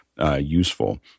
Useful